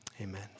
Amen